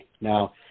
Now